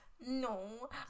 no